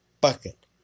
bucket